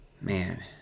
man